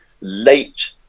late